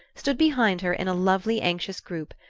stood behind her in a lovely anxious group,